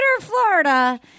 Florida